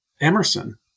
emerson